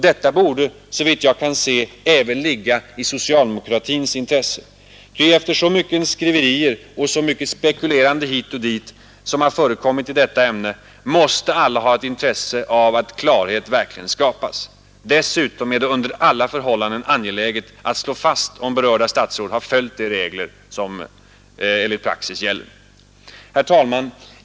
Detta borde — såvitt jag förstår — även ligga i regeringspartiets intresse. Ty efter så mycket skriverier och så mycket spekulerande hit och dit som har förekommit i detta ärende måste alla ha ett intresse av att klarhet verkligen skapas. Dessutom är det under alla förhållanden angeläget att slå fast, om berörda statsråd har följt de regler som enligt praxis gäller. Herr talman!